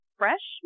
fresh